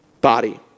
body